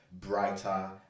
brighter